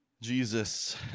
Jesus